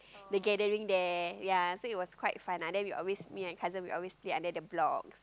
the gathering there ya I think it's quite fun and then we always me and cousin we always stay under the block